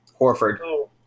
Horford